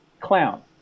clown